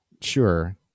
Sure